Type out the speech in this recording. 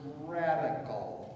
radical